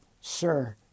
Sir